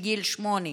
מגיל שמונה.